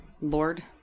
Lord